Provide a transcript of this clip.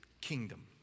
kingdom